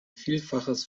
vielfaches